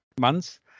months